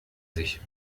sich